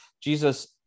Jesus